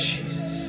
Jesus